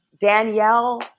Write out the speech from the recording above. Danielle